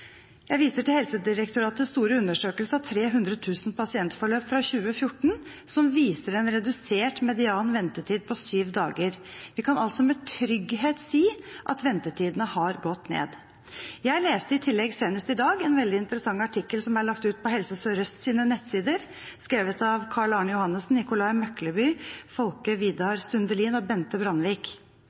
Jeg viser til Helsedirektoratets store undersøkelse av 300 000 pasientforløp fra 2014, som viser en redusert median ventetid på syv dager. Vi kan altså med trygghet si at ventetidene har gått ned. Jeg leste i tillegg senest i dag en veldig interessant artikkel som er lagt ut på Helse Sør-Øst sine nettsider, skrevet av Karl-Arne Johannessen, Nicolai Møkleby, Folke Vidar Sundelin og Bente Brandvik.